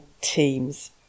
teams